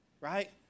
right